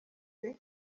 pee